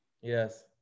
Yes